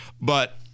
but-